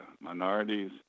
minorities